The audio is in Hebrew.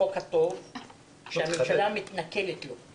שהממשלה מתנכלת לו.